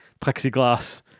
plexiglass